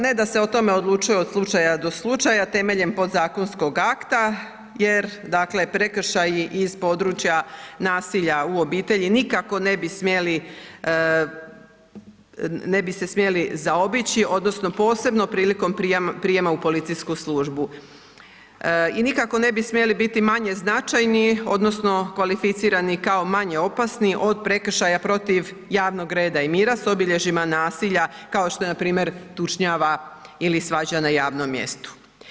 Ne da se o tome odlučuje od slučaja do slučaja temeljem podzakonskog akta jer dakle prekršaji iz područja nasilja u obitelji nikako ne bi s smjeli zaobići odnosno posebno prilikom prijema u policijsku službi i nikako ne bi smjeli biti manje značajni odnosno kvalificirani kao manje opasni od prekršaja protiv javnog reda i mira s obilježjima nasilja kao što je npr. tučnjava ili svađa na javnom mjestu.